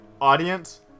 audience